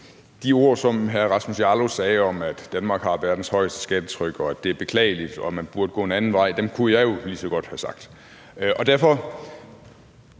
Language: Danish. De ord, som hr. Rasmus Jarlov sagde, om, at Danmark har verdens højeste skattetryk, og at det er beklageligt, og at man burde gå en anden vej, kunne jeg jo lige så godt have sagt,